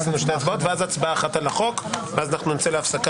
ואז הצבעה אחת על החוק ואז נודיע.